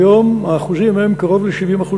כיום האחוזים הם קרוב ל-70%.